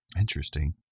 Interesting